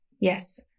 Yes